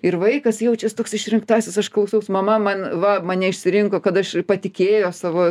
ir vaikas jaučias toks išrinktasis aš klausaus mama man va mane išsirinko kad aš patikėjo savo